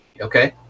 Okay